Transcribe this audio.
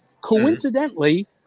coincidentally